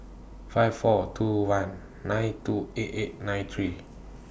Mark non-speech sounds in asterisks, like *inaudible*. five four two one nine two eight eight nine three *noise*